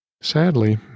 Sadly